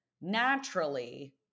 Naturally